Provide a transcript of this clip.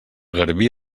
garbí